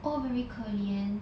all very 可怜